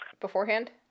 beforehand